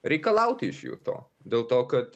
reikalauti iš jų to dėl to kad